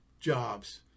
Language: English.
Jobs